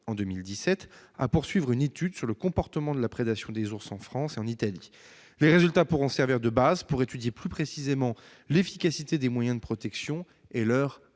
2017, à poursuivre une étude sur le comportement de prédation des ours en France et en Italie. Les résultats pourront servir de base pour étudier plus précisément l'efficacité des moyens de protection et leur